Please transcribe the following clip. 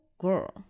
girl